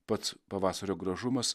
pats pavasario gražumas